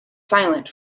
silent